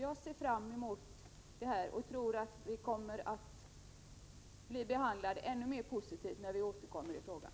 Jag tror att vi kommer att bli ännu mer positivt behandlade när vi återkommer i frågan.